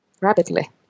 rapidly